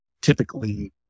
typically